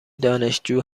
دانشجو